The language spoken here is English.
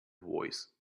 voice